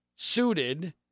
Suited